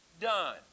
done